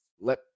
let